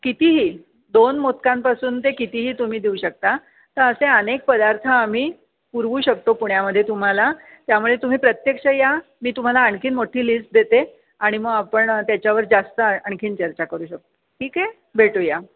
कितीही दोन मोदकांपासून ते कितीही तुम्ही देऊ शकता तर असे अनेक पदार्थ आम्ही पुरवू शकतो पुण्यामध्ये तुम्हाला त्यामुळे तुम्ही प्रत्यक्ष या मी तुम्हाला आणखी मोठी लिस्ट देते आणि मग आपण त्याच्यावर जास्त आणखी चर्चा करू शकू ठीक आहे भेटूया